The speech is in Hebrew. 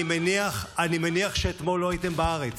אני מניח שאתמול לא הייתם בארץ.